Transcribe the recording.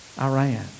Iran